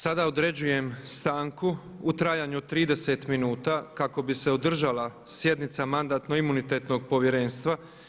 Sada određujem stanku u trajanju od 30 minuta kako bi se održala sjednica Mandatno-imunitetnog povjerenstva.